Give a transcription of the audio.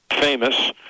famous